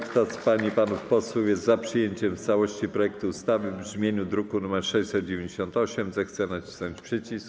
Kto z pań i panów posłów jest za przyjęciem w całości projektu ustawy w brzmieniu z druku nr 698, zechce nacisnąć przycisk.